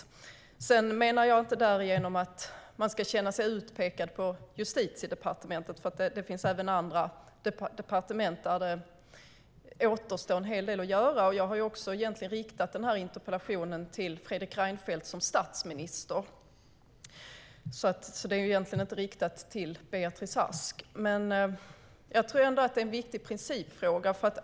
Därigenom menar jag inte att man ska känna sig utpekad på Justitiedepartementet. Det finns även andra departement där det återstår en hel del att göra. Jag har riktat den här interpellationen till Fredrik Reinfeldt som statsminister, och den är alltså inte riktad till Beatrice Ask. Jag tror ändå att detta är en viktig principfråga.